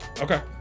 Okay